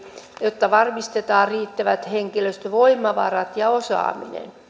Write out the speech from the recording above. jotta varmistetaan riittävät henkilöstövoimavarat ja osaaminen